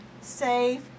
safe